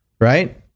right